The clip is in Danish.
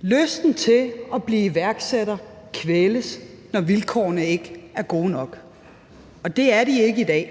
Lysten til at blive iværksætter kvæles, når vilkårene ikke er gode nok, og det er de ikke i dag.